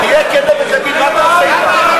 מה אתה מפחד ממשאל עם?